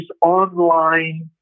online